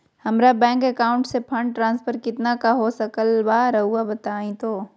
हमरा bank account से fund transfer कितना का हो सकल बा रुआ बताई तो?